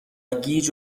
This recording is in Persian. گیج